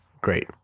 Great